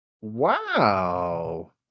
Wow